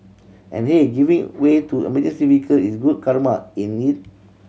and hey giving way to emergency vehicle is good karma ain't it